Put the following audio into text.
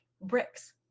bricks